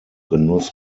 genuss